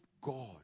God